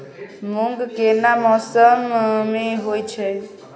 मूंग केना मौसम में होय छै?